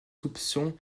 soupçons